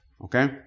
Okay